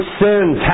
sins